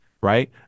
right